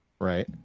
Right